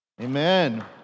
Amen